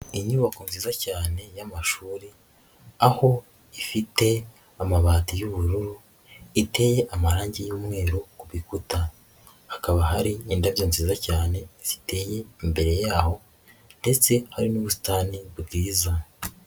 Inyubako nziza cyane y'amashuri aho ifite amabati y'ubururu, iteye amarangi y'umweru ku bikuta, hakaba hari indabyo nziza cyane ziteye imbere yaho ndetse hari n'ubusitani bwiza.